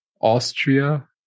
Austria